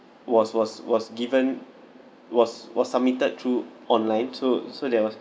was was was given was was submitted through online so so there was